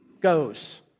goes